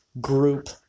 group